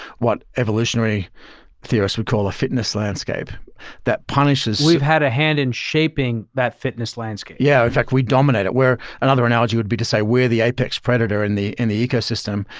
what evolutionary theorists would call a fitness landscape that punishes we've had a hand in shaping that fitness landscape. yeah. in fact, we dominated it. another analogy would be to say we're the apex predator in the in the ecosystem,